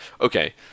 Okay